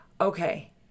Okay